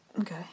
Okay